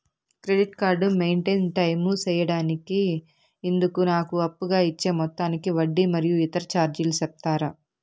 Credit card maintain time సేయడానికి ఇందుకు నాకు అప్పుగా ఇచ్చే మొత్తానికి వడ్డీ మరియు ఇతర చార్జీలు సెప్తారా?